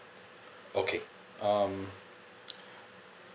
okay um